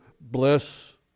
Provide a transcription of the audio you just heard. bless